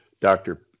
Dr